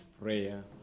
prayer